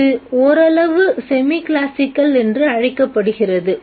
இது ஓரளவு semi classical என்று அழைக்கப்படுகிறது